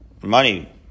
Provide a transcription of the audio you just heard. money